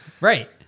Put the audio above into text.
Right